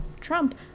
Trump